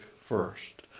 first